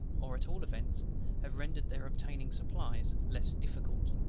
or at all events have rendered their obtaining supplies less difficult.